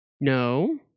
No